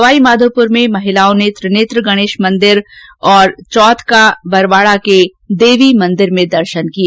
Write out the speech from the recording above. सवाईमाघोपुर में महिलाओं ने त्रिनेत्र गणेश मंदिर और चौथ का बरवाड़ा के देवी मंदिर में दर्शन किए